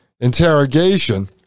interrogation